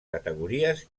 categories